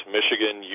Michigan